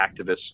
activists